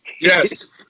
yes